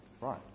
Right